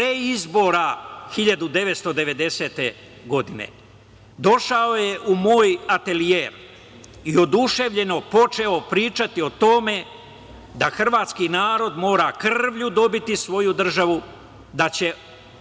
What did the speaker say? pre izbora, 1990. godine. Došao je u moj atelijer i oduševljeno počeo pričati o tome da hrvatski narod mora krvlju dobiti svoju državu, da ćemo